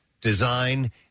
design